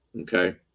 Okay